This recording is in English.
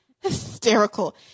hysterical